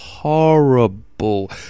horrible